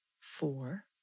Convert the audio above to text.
four